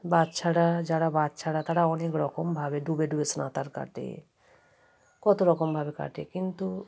বাচ্চারা যারা বাচ্চারা তারা অনেক রকমভাবে ডুবে ডুবে সাঁতার কাটে কত রকমভাবে কাটে কিন্তু